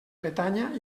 bretanya